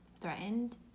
threatened